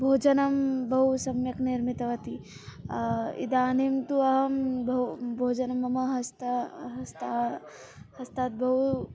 भोजनं बहु सम्यक् निर्मितवती इदानीं तु अहं बहु भोजनं मम हस्त हस्ता हस्तात् बहु